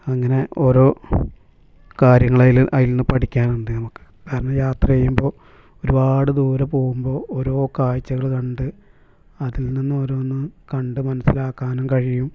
അങ്ങനെ ഓരോ കാര്യങ്ങൾ അതിൽ അതിൽനിന്ന് പഠിക്കാനുണ്ട് നമുക്ക് കാരണം യാത്ര ചെയ്യുമ്പോൾ ഒരുപാട് ദൂരെ പോവുമ്പോൾ ഓരോ കാഴ്ചകൾ കണ്ട് അതിൽനിന്ന് ഓരോന്ന് കണ്ട് മനസ്സിലാക്കാനും കഴിയും